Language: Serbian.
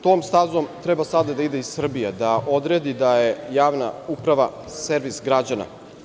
Tom stazom sada treba da ide i Srbija, da odredi da je javna uprava servis građana.